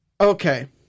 okay